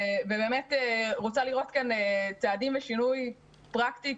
אני רוצה לראות כאן צעדים פרקטיים,